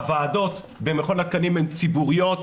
הוועדות במכון התקנים הן ציבוריות,